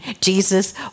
Jesus